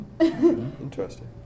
Interesting